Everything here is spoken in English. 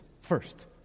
first